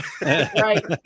right